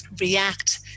react